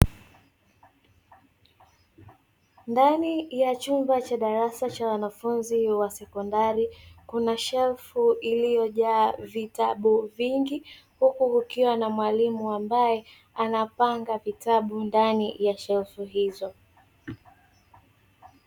Ndani ya chumba cha darasa cha wanafunzi wa sekondari kuna shelfu iliyojaa vitabu vingi, huku ukiwa na mwalimu ambaye anapanga vitabu ndani ya shelfu hizo.